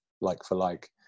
like-for-like